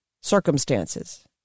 Circumstances